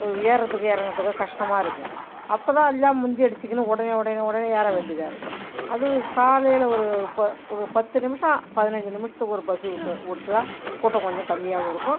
ஏறுறதுக்கும் இறங்கறதுக்கும் கஷ்டமாக இருக்குது அப்போ தான் எல்லாம் முந்தி அடிச்சுக்கினு உடனே உடனே உடனே ஏறவேண்டியதாக இருக்குது அதுவும் காலையில் ஒரு இப்போ ஒரு பத்து நிமிஷம் பதினைஞ்சி நிமிஷத்துக்கு ஒரு பஸ்ஸு விட்டு வுட்டா கூட்டம் கொஞ்ச கம்மியாகவும் இருக்கும்